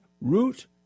root